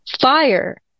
Fire